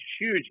huge